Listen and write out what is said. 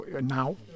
Now